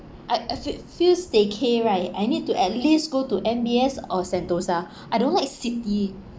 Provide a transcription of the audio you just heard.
I I f~ feel staycay right I need to at least go to M_B_S or sentosa I don't like city